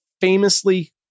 famously